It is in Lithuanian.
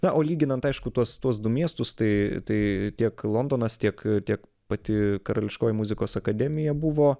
na o lyginant aišku tuos tuos du miestus tai tai tiek londonas tiek tiek pati karališkoji muzikos akademija buvo